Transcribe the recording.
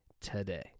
today